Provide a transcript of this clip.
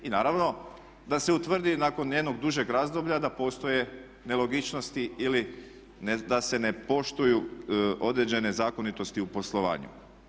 I naravno da se utvrdi nakon jednog dužeg razdoblja da postoje nelogičnosti ili da se ne poštuju određene zakonitosti u poslovanju.